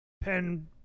Pen